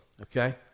okay